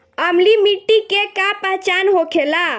अम्लीय मिट्टी के का पहचान होखेला?